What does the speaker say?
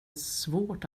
svårt